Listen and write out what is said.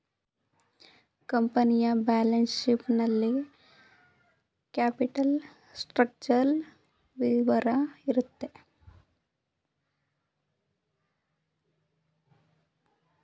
ಕಂಪನಿಯ balance sheet ನಲ್ಲಿ capital structural ವಿವರ ಇರುತ್ತೆ